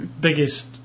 biggest